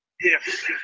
Yes